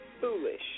Foolish